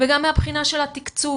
וגם מהבחינה של התקצוב